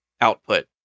output